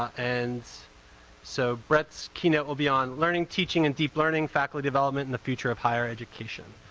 and so bret's keynote will be on learning, teaching and deep learning faculty development and the future of higher education.